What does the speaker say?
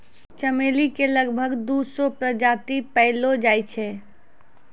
चमेली के लगभग दू सौ प्रजाति पैएलो जाय छै